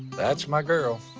that's my girl.